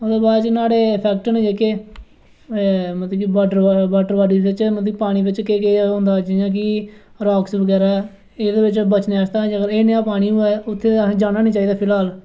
नुहाड़े बाद थोह्ड़े फैक्ट न जेह्ड़े वॉटर बॉडी च मतलब कि पानी च केह् केह् होंदा जि'यां कि फ्रॉग्स बगैरा एह्दे च बचने आस्तै अगर एह् निहा पानी होऐ उत्थै असें जाना निं चाहिदा फिलहाल